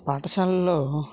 పాఠశాలలో